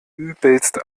übelst